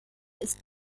ist